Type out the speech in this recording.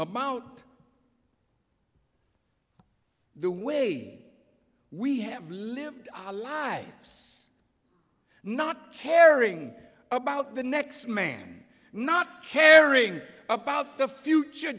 about the way we have lived our lives not caring about the next man not caring about the future